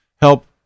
help